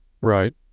Right